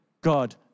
God